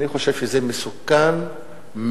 אני חושב שזה מסוכן מאוד,